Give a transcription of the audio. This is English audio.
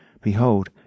Behold